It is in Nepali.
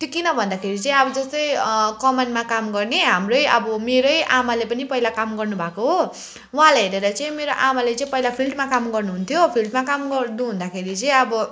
त्यो किन भन्दाखेरि चाहिँ अब जस्तै कमानमा काम गर्ने हाम्रै अब मेरै आमाले पनि पहिला काम गर्नुभएको हो उहाँलाई हेरेर चाहिँ मेरो आमाले चाहिँ पहिला फिल्डमा काम गर्नुहुन्थ्यो फिल्डमा काम गर्नुहुँदाखेरि चाहिँ अब